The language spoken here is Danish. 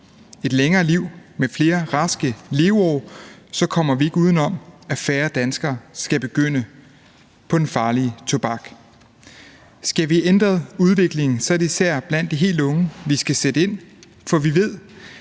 et længere liv med flere raske leveår, kommer vi ikke uden om, at færre danskere skal begynde på den farlige tobak. Skal vi ændre udviklingen, er det især blandt de helt unge, vi skal sætte ind, for vi ved,